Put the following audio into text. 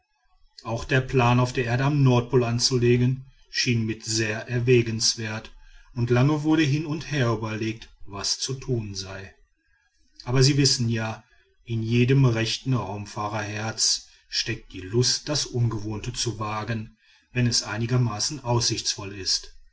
auch der plan auf der erde am nordpol anzulegen schien mitt sehr erwägenswert und lange wurde hin und her überlegt was zu tun sei aber sie wissen ja in jedem rechten raumschifferherzen steckt die lust das ungewohnte zu wagen wenn es einigermaßen aussichtsvoll ist